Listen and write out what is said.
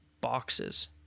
boxes